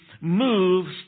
moves